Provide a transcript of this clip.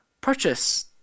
purchase